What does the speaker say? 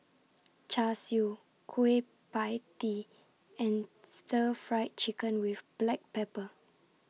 Char Siu Kueh PIE Tee and Stir Fried Chicken with Black Pepper